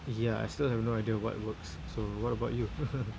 ya I still have no idea what works so what about you